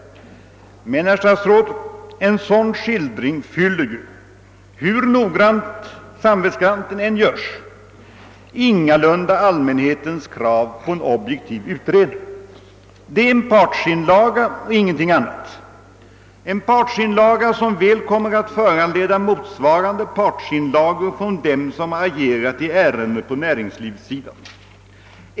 Men, herr statsråd, en sådan skildring fyller ingalunda — hur noggrant och samvetsgrant den än görs — allmänhetens krav på en objektiv utredning. Den är en partsinlaga och ingenting annat, och den kommer troligen att föranleda motsvarande partsinlagor från den som har agerat i ärendet på näringslivssidan.